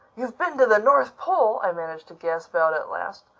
you've been to the north pole! i managed to gasp out at last.